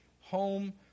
home